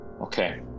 Okay